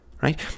right